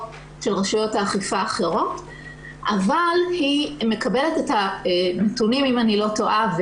של רשויות האכיפה האחרות אבל היא מקבלת את הנתונים - אם אני לא טועה,